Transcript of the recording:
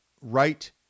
right